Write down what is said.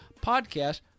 podcast